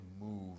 move